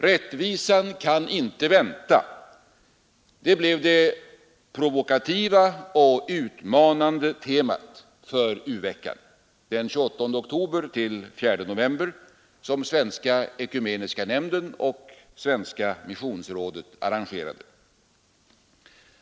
”Rättvisan kan inte vänta” — det blev det provokativa och utmanande temat för u-veckan den 28 oktober—4 november, som Svenska ekumeniska nämnden och Svenska missionsrådet arrangerade.